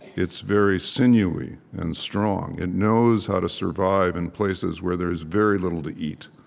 it's very sinewy and strong. it knows how to survive in places where there's very little to eat